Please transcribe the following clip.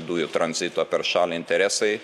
dujų tranzito per šalį interesai